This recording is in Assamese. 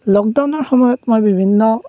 লকডাউনৰ সময়ত মই বিভিন্ন